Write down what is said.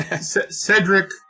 Cedric